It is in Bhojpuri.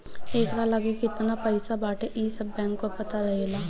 एकरा लगे केतना पईसा बाटे इ सब बैंक के पता रहेला